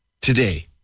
today